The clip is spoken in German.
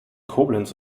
koblenz